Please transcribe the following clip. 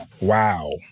Wow